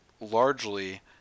largely